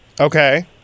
Okay